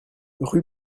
rue